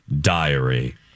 diary